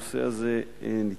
הנושא הזה נתקע,